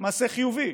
מעשה חיובי,